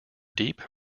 deep